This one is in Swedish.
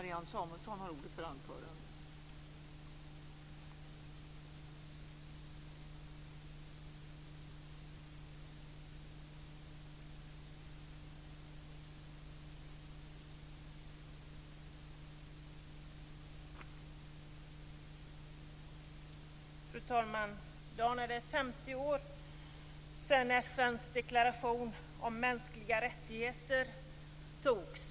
I dag är det 50 år sedan FN:s deklaration om mänskliga rättigheter antogs.